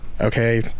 okay